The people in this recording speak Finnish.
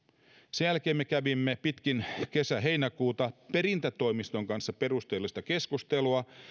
sen jälkeen me kävimme pitkin kesä heinäkuuta perintätoimiston kanssa perusteellista keskustelua